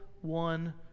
one